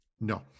No